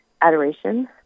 adoration